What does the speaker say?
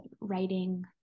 writing